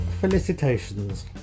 Felicitations